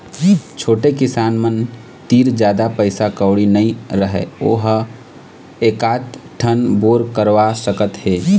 छोटे किसान मन तीर जादा पइसा कउड़ी नइ रहय वो ह एकात ठन बोर करवा सकत हे